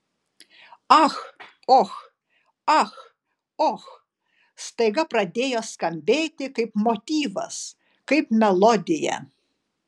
ach och ach och staiga pradėjo skambėti kaip motyvas kaip melodija